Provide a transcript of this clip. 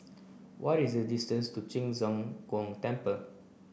what is the distance to Ci Zheng Gong Temple